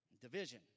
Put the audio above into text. division